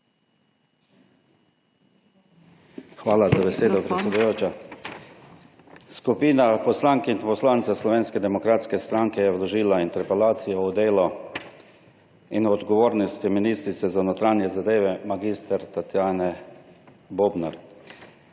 Hvala za besedo, predsedujoča. Skupina poslank in poslancev Slovenske demokratske stranke je vložila interpelacijo o delu in odgovornosti ministrice za notranje zadeve, mag. Tatjane Bobnar.